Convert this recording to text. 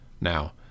Now